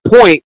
point